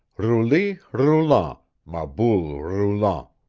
rouli roulant, ma boule roulant.